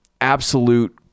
absolute